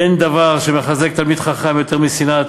אין דבר שמחזק תלמיד חכם יותר משנאת